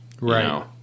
Right